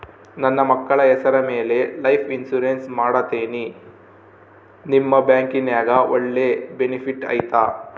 ನನ್ನ ಮಕ್ಕಳ ಹೆಸರ ಮ್ಯಾಲೆ ಲೈಫ್ ಇನ್ಸೂರೆನ್ಸ್ ಮಾಡತೇನಿ ನಿಮ್ಮ ಬ್ಯಾಂಕಿನ್ಯಾಗ ಒಳ್ಳೆ ಬೆನಿಫಿಟ್ ಐತಾ?